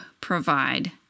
provide